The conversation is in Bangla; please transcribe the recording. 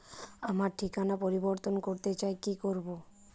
আমার ঠিকানা পরিবর্তন করতে চাই কী করব?